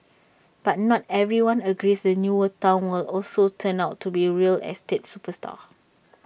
but not everyone agrees the newer Town will also turn out to be A real estate superstar